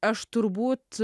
aš turbūt